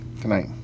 tonight